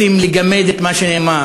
רוצים לגמד את מה שנאמר,